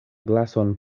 glason